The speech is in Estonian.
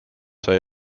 sai